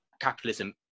capitalism